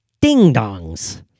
Ding-dongs